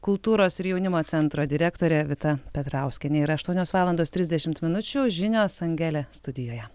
kultūros ir jaunimo centro direktorė vita petrauskienė ir aštuonios valandos trisdešimt minučių žinios angelė studijoje